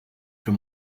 for